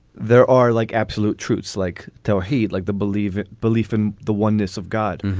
there are like absolute truths like tohe like the believe belief in the oneness of god.